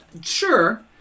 Sure